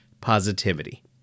positivity